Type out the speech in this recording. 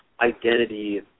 identity